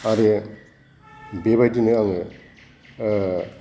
आरो बेबायदिनो आङो